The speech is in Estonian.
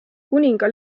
kuninga